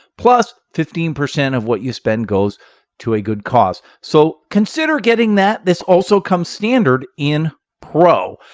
plus fifteen percent of what you spend goes to a good cause. so consider getting that. this also comes standard in pro.